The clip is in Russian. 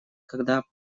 когда